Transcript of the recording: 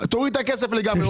תוריד את הכסף לגמרי".